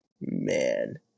man